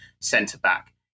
centre-back